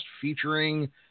featuring